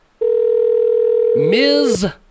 ms